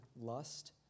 lust